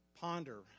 Ponder